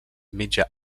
mitjà